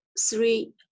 Three